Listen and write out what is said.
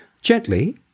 Gently